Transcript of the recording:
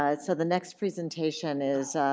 ah so the next presentation is